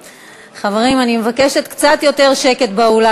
חברים, אני מבקשת קצת יותר שקט באולם.